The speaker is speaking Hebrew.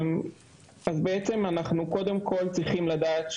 אז קודם כל צריך לדעת,